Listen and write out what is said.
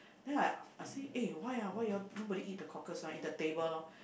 then I I say eh why ah why you all nobody eat the cockles the table lor